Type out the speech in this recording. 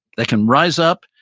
they can rise up,